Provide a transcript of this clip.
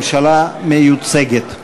יתחיל לנאום כשתהיה כאן ממשלה מיוצגת.